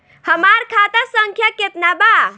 हमार खाता संख्या केतना बा?